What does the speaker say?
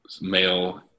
male